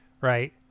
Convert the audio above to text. Right